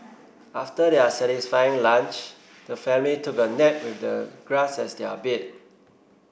after their satisfying lunch the family took a nap with the grass as their bed